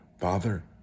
father